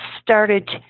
started